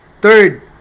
Third